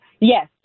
Yes